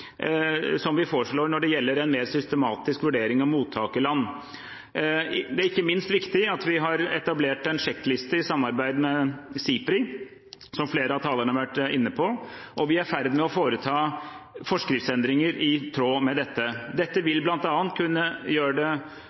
som vi foreslår når det gjelder en mer systematisk vurdering av mottakerland. Det er ikke minst viktig at vi har etablert en sjekkliste i samarbeid med SIPRI, som flere av talerne har vært inne på. Vi er i ferd med å foreta forskriftsendringer i tråd med dette. Dette vil bl.a. kunne gjøre det